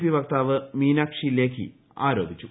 P വക്താവ് മീനാക്ഷി ലേഖി ആരോപിച്ചു